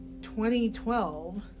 2012